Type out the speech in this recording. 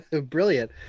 brilliant